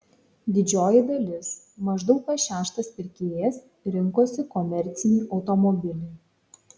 didžioji dalis maždaug kas šeštas pirkėjas rinkosi komercinį automobilį